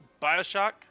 bioshock